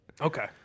Okay